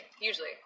usually